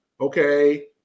okay